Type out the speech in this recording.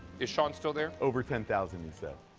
is shawn still there? over ten thousand he said.